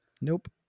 Nope